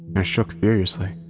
i shook furiously.